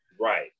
Right